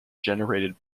generated